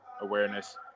awareness